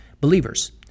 Believers